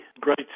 great